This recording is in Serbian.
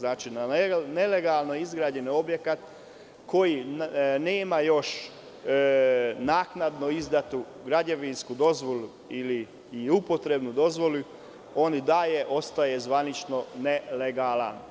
Ne može na nelegalno izgrađeni objekat koji nema još naknadno izdatu građevinsku dozvolu ili upotrebnu dozvolu i on i dalje ostaje zvanično nelegalan.